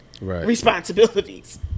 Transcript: responsibilities